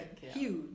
huge